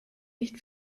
nicht